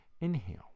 Inhale